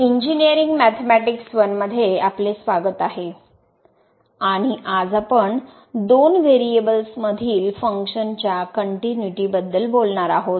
engineering mathematics 1 मध्ये आपले स्वागत आहे आणि आज आपण दोन व्हेरिएबल्स मधील फंक्शन च्या कनट्युनिटी बद्दल बोलत आहोत